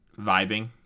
vibing